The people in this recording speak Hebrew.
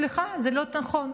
סליחה, זה לא נכון.